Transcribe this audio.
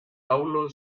paulo